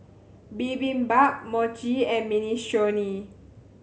Bibimbap Mochi and Minestrone